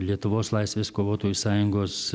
lietuvos laisvės kovotojų sąjungos